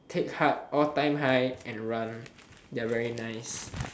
take heart all time high and run they are very nice